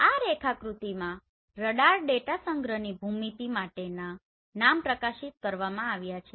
આ રેખાકૃતિમાં radar data સંગ્રહની ભૂમિતિ માટેના નામ પ્રકાશિત કરવામાં આવ્યા છે